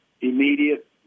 immediate